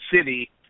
city